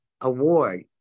award